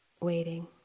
waiting